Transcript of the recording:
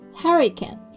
hurricane